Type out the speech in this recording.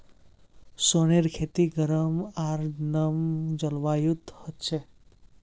सोनेर खेती गरम आर नम जलवायुत ह छे